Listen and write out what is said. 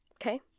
okay